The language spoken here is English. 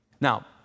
Now